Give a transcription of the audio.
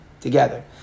together